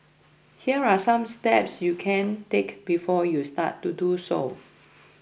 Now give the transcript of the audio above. here are some steps you can take before you start to do so